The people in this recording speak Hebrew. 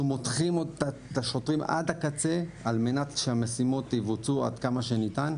אנחנו מותחים את השוטרים עד הקצה על מנת שהמשימות יבוצעו עד כמה שניתן.